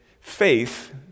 faith